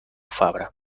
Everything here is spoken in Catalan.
fabra